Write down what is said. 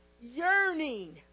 yearning